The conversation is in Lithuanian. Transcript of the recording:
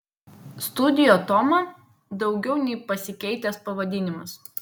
studio toma daugiau nei pasikeitęs pavadinimas